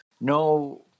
no